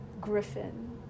griffin